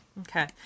Okay